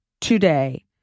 today